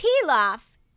Pilaf